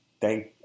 thank